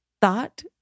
thought